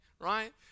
right